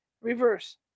Reverse